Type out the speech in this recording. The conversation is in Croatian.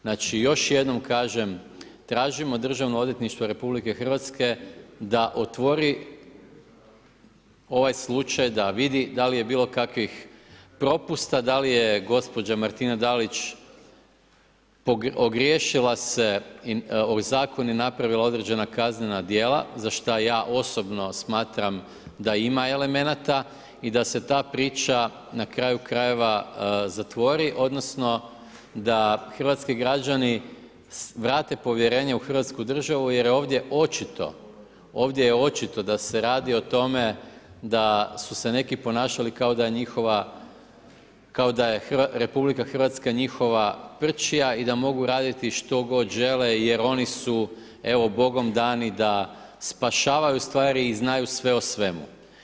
Znači još jednom kažem, tražimo Državno odvjetništvo RH da otvori ovaj slučaj da vidi da li je bilo kakvih propusta, da li je gospođa Martina Dalić ogriješila se o zakon i napravila određena kaznena djela za što ja osobno smatram da ima elemenata i da se ta priča na kraju krajeva zatvori odnosno da hrvatski građani vrate povjerenje u Hrvatsku državu jer je ovdje očito da se radi o tome da su se neki ponašali kao da je njihova, kao da je RH njihova pričija i da mogu raditi što god žele jer oni su evo bogom dani da spašavaju stvari i znaju sve o svemu.